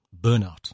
burnout